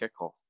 kickoff